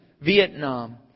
Vietnam